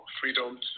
Freedom